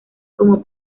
como